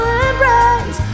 embrace